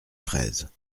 fraises